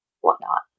whatnot